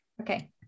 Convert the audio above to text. Okay